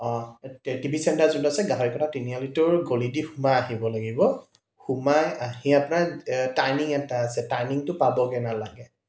অঁ T V centre যোনটো আছে গাহৰি কটা তিনিআলিটোৰ গলি দি সোমাই আহিব লাগিব সোমাই আহি আপোনাৰ টাৰ্ণিং এটা আছে টাৰ্ণিঙটো পাবগৈ নালাগে